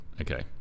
Okay